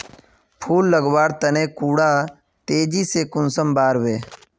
फुल लगवार तने कुंडा तेजी से कुंसम बार वे?